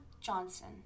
Johnson